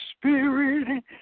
spirit